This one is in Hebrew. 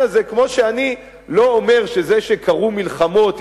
הזה כמו שאני לא אומר שזה שקרו מלחמות,